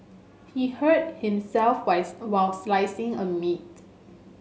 he hurt himself while slicing the meat